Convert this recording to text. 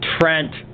Trent